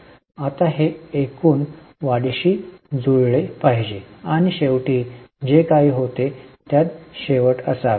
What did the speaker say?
आता हे एकूण वाढीशी जुळले पाहिजे आणि शेवटी जे काही होते त्या शेवटी असावे